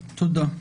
תודה,